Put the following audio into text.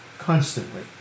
constantly